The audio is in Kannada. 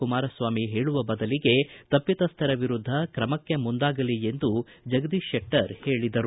ಕುಮಾರ ಸ್ವಾಮಿ ಹೇಳುವ ಬದಲಿಗೆ ತಪ್ಪಿಸ್ವರ ವಿರುದ್ದ ತ್ರಮಕ್ಕೆ ಮುಂದಾಗಲಿ ಎಂದು ಜಗದೀಶ್ ಶೆಟ್ಟರ್ ಹೇಳಿದರು